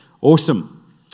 Awesome